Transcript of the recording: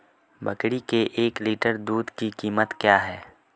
बकरी के एक लीटर दूध की कीमत क्या है?